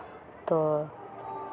ᱛᱳ